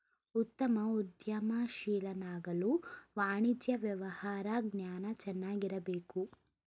ಉತ್ತಮ ಉದ್ಯಮಶೀಲನಾಗಲು ವಾಣಿಜ್ಯ ವ್ಯವಹಾರ ಜ್ಞಾನ ಚೆನ್ನಾಗಿರಬೇಕು